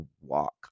walk